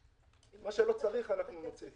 מה שלא צריך, אנחנו נוציא.